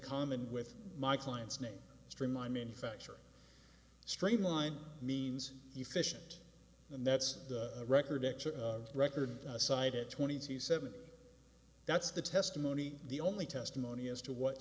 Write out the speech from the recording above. common with my client's name streamlined manufacture streamline means efficient and that's a record of record aside at twenty seven that's the testimony the only testimony as to what